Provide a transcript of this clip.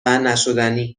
نشدنی